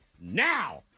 now